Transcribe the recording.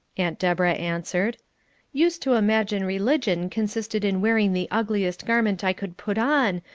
aunt deborah answered used to imagine religion consisted in wearing the ugliest garment i could put on,